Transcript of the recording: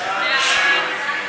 ההצעה להעביר